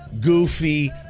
goofy